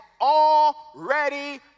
already